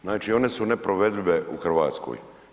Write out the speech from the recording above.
Znači one su neprovedive u Hrvatskoj.